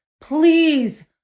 please